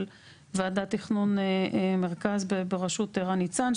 של ועדות תכנון מרכז בראשות ערן ניצן,